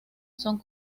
son